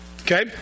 Okay